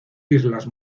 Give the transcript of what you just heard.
islas